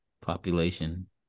population